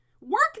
Work